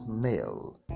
male